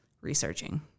researching